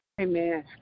Amen